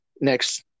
next